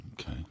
Okay